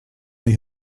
they